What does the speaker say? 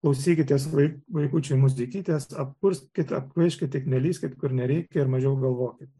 klausykitės vai vaikučiai muzikytės apkurskit apkvaiškit tik nelįskit kur nereikia ir mažiau galvokit